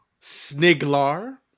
Sniglar